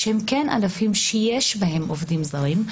שהם כן ענפים שיש בהם עובדים זרים,